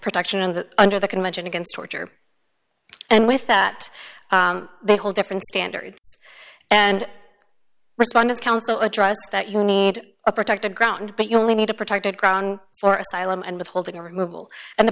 protection and under the convention against torture and with that they hold different standards and respondent counsel address that you need a protected ground but you only need a protected ground for asylum and withholding removal and the